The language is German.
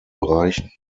bereichen